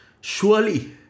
Surely